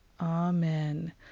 Amen